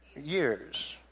years